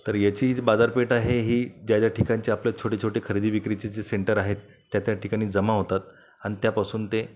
तर याची जी बाजारपेठ आहे ही ज्या ज्या ठिकाणच्या आपलं छोटे छोटे खरेदी विक्रीची जी सेंटर आहेत त्या त्या ठिकानी जमा होतात आणि त्यापासून ते